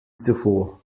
zuvor